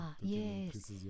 yes